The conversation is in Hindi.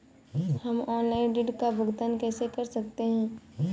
हम ऑनलाइन ऋण का भुगतान कैसे कर सकते हैं?